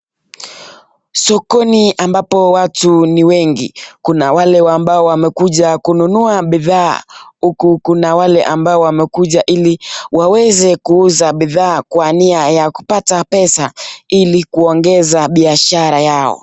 Sokoni ambapo watu ni wengi kuna wale ambao wamekuja kununua bidhaa huku kuna wale wamekuja ili waweze kuuza bidhaa kwa nia ya kupata pesa ili kuongeza biashara yao.